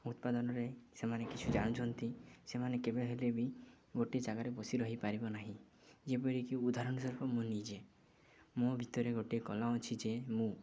ଉତ୍ପାଦନରେ ସେମାନେ କିଛି ଜାଣିଛନ୍ତି ସେମାନେ କେବେ ହେଲେ ବି ଗୋଟେ ଜାଗାରେ ବସି ରହିପାରିବ ନାହିଁ ଯେପରିକି ଉଦାହରଣ ସ୍ୱରୂପ ମୁଁ ନିଜେ ମୋ ଭିତରେ ଗୋଟିଏ କଳା ଅଛି ଯେ ମୁଁ